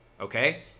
Okay